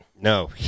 No